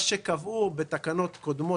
מה שקבעו בתקנות קודמות,